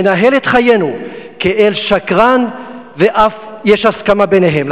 שמנהל את חיינו, כאל שקרן, ואף יש הסכמה ביניהם.